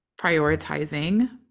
prioritizing